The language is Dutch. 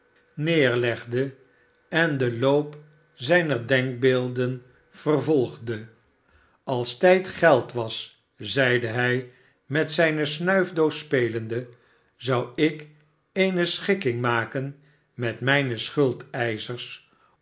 neerlegde en den loop zijner denkbeelden vervolgde als tijd geld was zeide hij met zijne snuifdoos spelende zou ik eene schikking maken met mijne